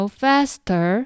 faster